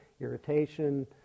irritation